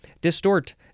Distort